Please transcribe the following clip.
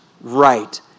right